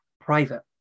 private